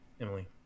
Emily